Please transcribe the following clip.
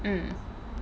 mm